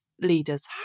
leaders